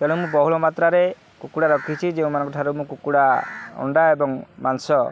ତେଣୁ ମୁଁ ବହୁଳ ମାତ୍ରାରେ କୁକୁଡ଼ା ରଖିଛି ଯେଉଁମାନଙ୍କ ଠାରୁ ମୁଁ କୁକୁଡ଼ା ଅଣ୍ଡା ଏବଂ ମାଂସ